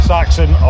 Saxon